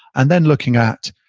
and then looking at,